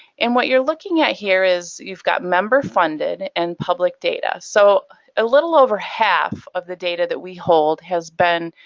and what you're looking at here is, you've got member funded and public data. so a little over half of the data that we hold has been,